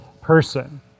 person